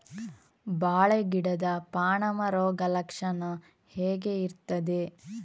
ಬಾಳೆ ಗಿಡದ ಪಾನಮ ರೋಗ ಲಕ್ಷಣ ಹೇಗೆ ಇರ್ತದೆ?